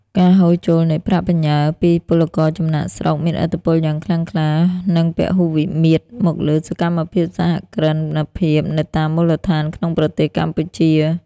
ការហូរចូលនៃប្រាក់បញ្ញើពីពលករចំណាកស្រុក មានឥទ្ធិពលយ៉ាងខ្លាំងខ្លា និងពហុវិមាត្រមកលើសកម្មភាពសហគ្រិនភាពនៅតាមមូលដ្ឋានក្នុងប្រទេសកម្ពុជា។